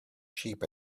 sheep